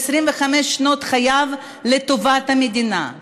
20, 25 משנות חייהם לטובת המדינה.